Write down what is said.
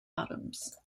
atoms